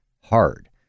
hard